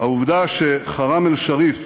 העובדה שחראם א-שריף